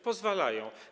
Pozwalają.